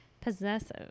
Possessive